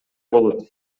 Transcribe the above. болот